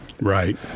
Right